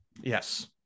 Yes